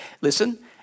listen